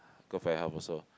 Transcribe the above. good for your health also